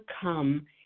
come